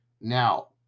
Now